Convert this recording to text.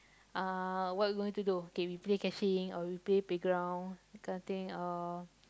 uh what we going to do okay we play catching or we play playground that kind of thing or